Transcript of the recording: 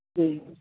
जी